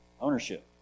ownership